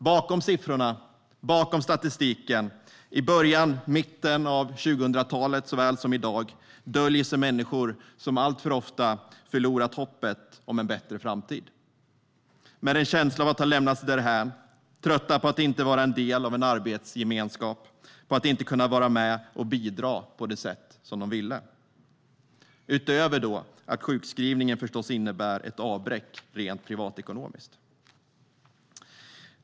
Bakom siffrorna, bakom statistiken - i början och mitten av 2000-talet såväl som i dag - döljer sig människor som alltför ofta har förlorat hoppet om en bättre framtid, med en känsla av att ha lämnats därhän, trötta på att inte vara en del av en arbetsgemenskap och inte kunna vara med och bidra på det sätt de ville - utöver att sjukskrivningen förstås innebär ett avbräck rent privatekonomiskt.